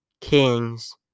Kings